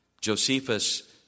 Josephus